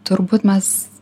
turbūt mes